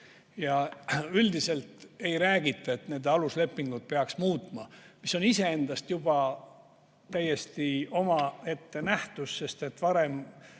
Ja üldiselt ei räägita, et aluslepingut peaks muutma, mis on iseendast juba täiesti omaette nähtus, sest et varem